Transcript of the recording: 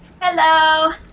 Hello